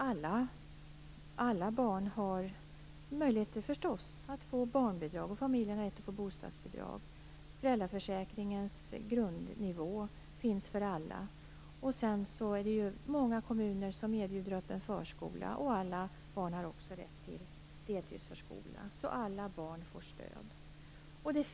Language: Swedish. Alla barn har förstås möjligheter att få barnbidrag, och familjerna har rätt att få bostadsbidrag. Föräldraförsäkringens grundnivå finns för alla. Många kommuner erbjuder öppen förskola, och alla barn har rätt till deltidsförskola, så att alla barn får stöd.